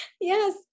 Yes